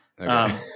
Okay